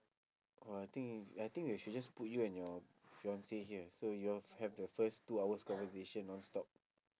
!wah! I think y~ I think I should just put you and your fiance here so you all have the first two hours conversation non-stop